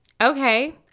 Okay